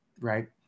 right